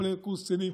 כולל קורס קצינים,